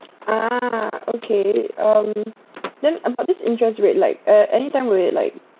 ah okay um then uh about this insurance rate like uh anytime we like